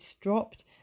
dropped